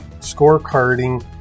scorecarding